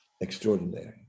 extraordinary